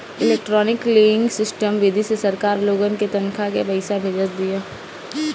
electronic clearing system विधि से सरकार लोगन के तनखा के पईसा भेजत बिया